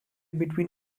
between